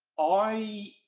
i